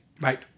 Right